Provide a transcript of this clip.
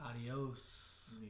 Adios